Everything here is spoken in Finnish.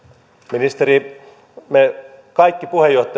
ministeri me kaikki